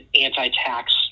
anti-tax